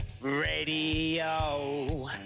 radio